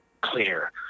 Clear